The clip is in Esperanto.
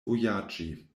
vojaĝi